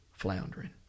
Floundering